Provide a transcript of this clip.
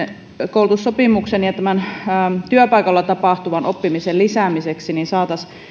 koulutussopimuksen ja työpaikalla tapahtuvan oppimisen lisäämiseksi saataisiin